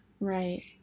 Right